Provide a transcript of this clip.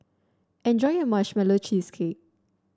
enjoy your Marshmallow Cheesecake